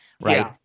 right